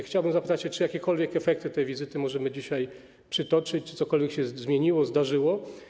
Chciałbym zapytać, czy jakiekolwiek efekty tej wizyty możemy dzisiaj przytoczyć, czy cokolwiek się zmieniło, zdarzyło.